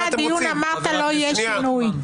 לפני הדיון אתה אמרת שלא יהיה שינוי,